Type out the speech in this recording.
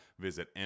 Visit